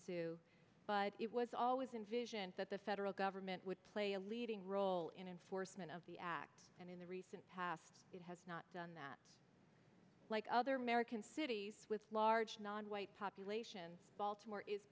sue but it was always envisioned that the federal government would play a leading role in enforcement of the act and in the recent past it has not done that like other american cities with large nonwhite population baltimore is